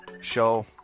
show